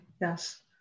yes